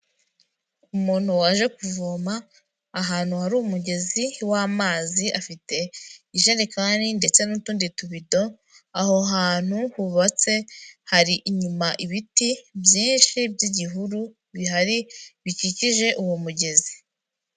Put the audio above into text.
Umuntu waje kuvoma ahantu hari umugezi w'amazi, afite ijerekani ndetse n'utundi tubido, aho hantu hubatse hari inyuma ibiti byinshi by'igihuru bihari bikikije uwo mugezi.